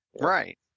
Right